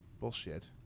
Bullshit